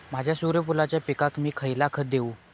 माझ्या सूर्यफुलाच्या पिकाक मी खयला खत देवू?